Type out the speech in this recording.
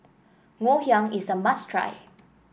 Ngoh Hiang is a must try